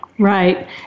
Right